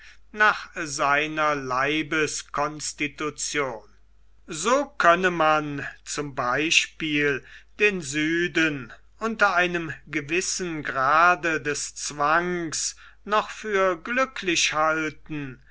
nach seiner leibesconstitution so könne man zum beispiel den süden unter einem gewissen grade des zwangs noch für glücklich halten